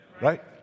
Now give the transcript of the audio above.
right